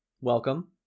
welcome